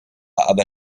aber